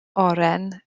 oren